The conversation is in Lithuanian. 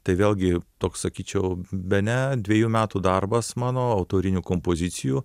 tai vėlgi toks sakyčiau bene dvejų metų darbas mano autorinių kompozicijų